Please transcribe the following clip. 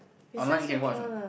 online can watch a not